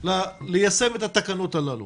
כדי ליישם את התקנות הללו